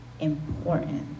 important